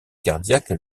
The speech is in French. cardiaque